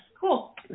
cool